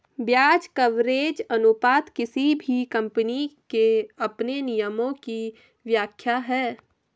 ब्याज कवरेज अनुपात किसी भी कम्पनी के अपने नियमों की व्याख्या है